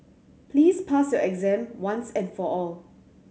please pass your exam once and for all